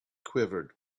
quivered